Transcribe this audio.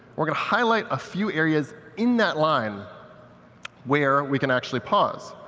we're going to highlight a few areas in that line where we can actually pause.